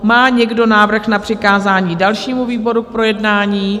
Má někdo návrh na přikázání dalšímu výboru k projednání?